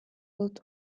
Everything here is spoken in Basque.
dut